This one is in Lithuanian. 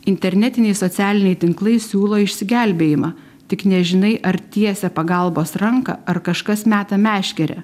internetiniai socialiniai tinklai siūlo išsigelbėjimą tik nežinai ar tiesia pagalbos ranką ar kažkas meta meškerę